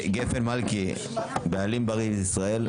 גפן מלכי, בעלים בריא בישראל.